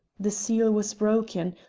the seal was broken,